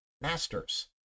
masters